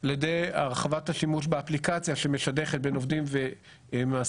על ידי הרחבת השימוש באפליקציה שמשדכת בין עובדים למעסיקים.